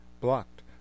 blocked